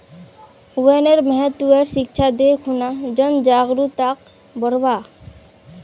वनेर महत्वेर शिक्षा दे खूना जन जागरूकताक बढ़व्वा